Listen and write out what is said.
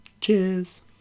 Cheers